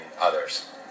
others